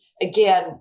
Again